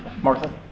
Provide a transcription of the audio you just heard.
Martha